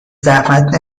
زحمت